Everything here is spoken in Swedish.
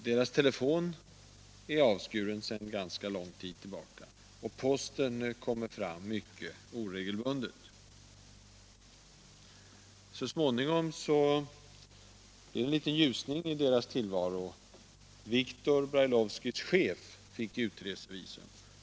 Deras telefon är avstängd sedan ganska lång tid tillbaka, och posten kommer fram mycket oregelbundet. Så småningom blev det en liten ljusning i deras tillvaro — Viktor Brailovskys chef fick utresevisum.